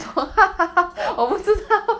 滑板